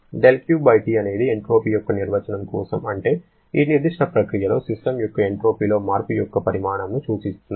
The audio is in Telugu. δQT అనేది ఎంట్రోపీ యొక్క నిర్వచనం కోసం అంటే ఈ నిర్దిష్ట ప్రక్రియలో సిస్టమ్ యొక్క ఎంట్రోపీలో మార్పు యొక్క పరిమాణమును సూచిస్తుంది